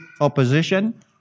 opposition